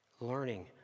learning